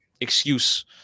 excuse